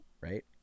right